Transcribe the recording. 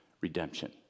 redemption